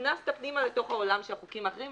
נכנסת פנימה לתוך העולם של החוקים האחרים,